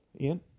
Ian